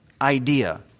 idea